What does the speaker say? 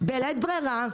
בלית ברירה.